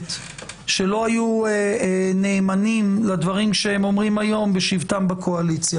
כנסת שלא היו נאמנים לדברים שהם אומרים היום בשבתם בקואליציה.